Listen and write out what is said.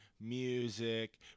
music